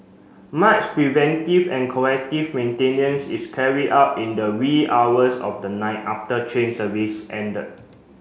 much preventive and corrective maintenance is carried out in the wee hours of the night after train service ended